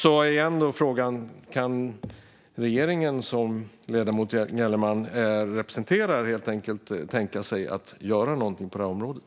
Återigen är frågan: Kan regeringen, som ledamoten Gellerman representerar, tänka sig att göra något på det här området?